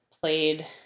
played